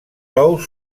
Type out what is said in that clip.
ous